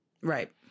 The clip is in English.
Right